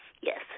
yes